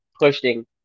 pushing